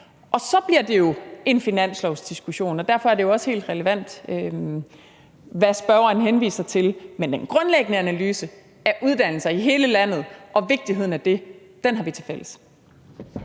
Så bliver det jo en finanslovsdiskussion, og derfor er det også helt relevant, hvad spørgeren henviser til, men den grundlæggende analyse af uddannelser i hele landet og vigtigheden af det har vi tilfælles.